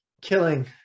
killing